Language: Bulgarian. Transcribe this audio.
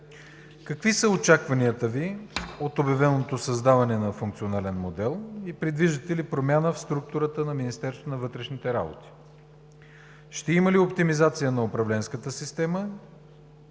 какви са очакванията Ви от обявеното създаване на функционален модел и предвиждате ли промяна в структурата на Министерство на вътрешните работи? Ще има ли оптимизация на управленската система